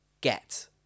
get